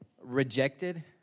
Rejected